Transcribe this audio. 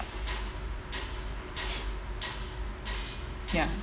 ya